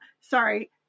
Sorry